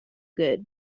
good